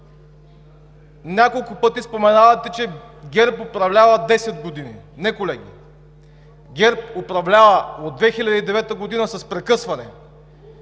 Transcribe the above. няколко пъти споменавате, че ГЕРБ управлява 10 години. Не, колеги, ГЕРБ управлява от 2009 г. с прекъсване.